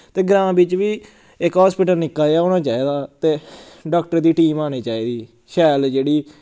ते ग्रांऽ बिच्च बी इक हास्पिटल निक्का जेहा होना चाहिदा ते डाक्टर दी टीम आनी चाहिदी शैल जेह्ड़ी